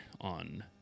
on